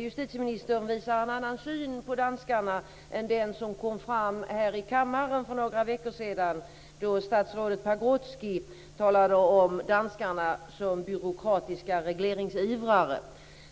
justitieministern visar en annan syn på danskarna än den som kom fram här i kammaren för några veckor sedan, då statsrådet Pagrotsky talade om danskarna som byråkratiska regleringsivrare.